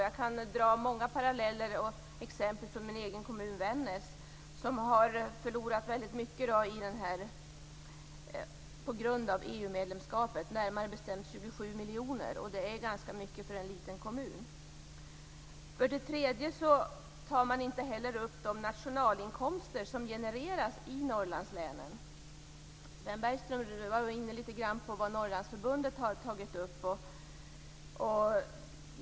Jag kan dra många paralleller och exempel från min egen kommun, Vännäs, som har förlorat väldigt mycket på grund av EU-medlemskapet. Det är närmare bestämt 27 miljoner. Det är ganska mycket för en liten kommun. För det tredje tar man inte heller upp de nationalinkomster som genereras i Norrlandslänen. Sven Bergström var inne litet grand på vad Norrlandsförbundet har tagit upp.